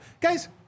Guys